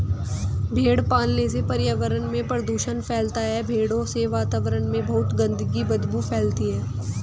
भेड़ पालन से पर्यावरण में प्रदूषण फैलता है भेड़ों से वातावरण में बहुत गंदी बदबू फैलती है